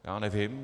Já nevím.